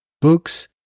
books